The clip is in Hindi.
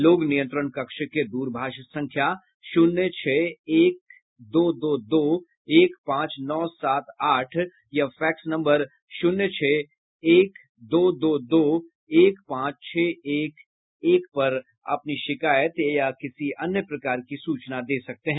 लोग नियंत्रण कक्ष के दूरभाष संख्या शून्य छह एक दो दो दो एक पांच नौ सात आठ या फैक्स नम्बर शून्य छह एक दो दो दो एक पांच छह एक एक पर अपनी शिकायत या किसी अन्य प्रकार की सूचना दे सकते हैं